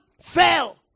fell